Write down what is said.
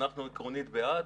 אנחנו עקרונית בעד,